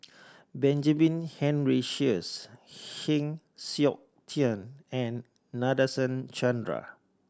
Benjamin Henry Sheares Heng Siok Tian and Nadasen Chandra